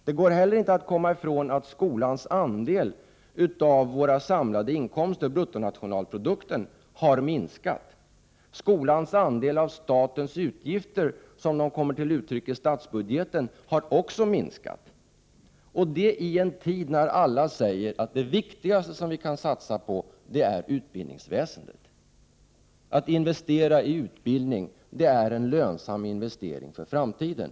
Det går heller inte att komma ifrån att skolans andel av våra samlade inkomster, dvs. av bruttonationalprodukten, har minskat. Skolans andel av statens utgifter, som dessa kommer till uttryck i statsbudgeten, har också minskat — och detta i en tid då alla säger att det viktigaste när det gäller satsningar är utbildningsväsendet. Att investera i utbildning är en lönsam investering för framtiden.